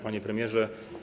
Panie Premierze!